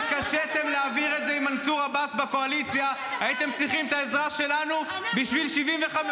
להזכיר לכם, אופוזיציה, בואו נדבר עובדות.